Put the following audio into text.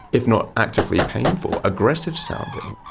if not actively painful, aggressive sounding.